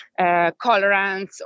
colorants